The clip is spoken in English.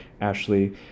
Ashley